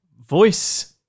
voice